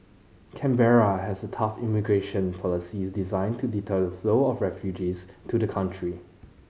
Canberra has a tough immigration policies designed to deter a flow of refugees to the country